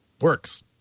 Works